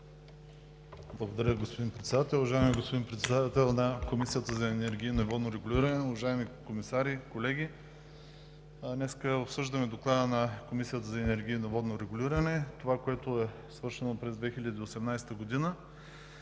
Благодаря, господин Председател. Уважаеми господин Председател на Комисията за енергийно и водно регулиране, уважаеми комисари, колеги! Днес обсъждаме Доклада на Комисията за енергийно и водно регулиране – това, което е свършено през 2018 г.